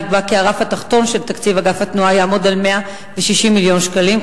נקבע כי הרף התחתון של תקציב אגף התנועה יעמוד על 160 מיליון שקלים.